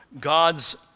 God's